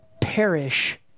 perish